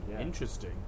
interesting